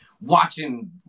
watching